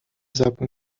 زبون